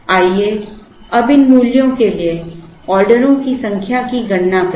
आइए अब इन मूल्यों के लिए ऑर्डरों की संख्या की गणना करें